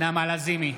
נעמה לזימי,